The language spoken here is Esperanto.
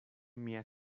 mia